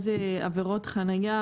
איזה עבירות חניה,